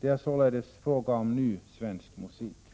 Det är således fråga om ny svensk musik.